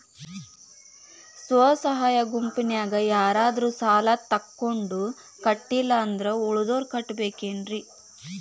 ಸ್ವ ಸಹಾಯ ಗುಂಪಿನ್ಯಾಗ ಯಾರಾದ್ರೂ ಸಾಲ ತಗೊಂಡು ಕಟ್ಟಿಲ್ಲ ಅಂದ್ರ ಉಳದೋರ್ ಕಟ್ಟಬೇಕೇನ್ರಿ?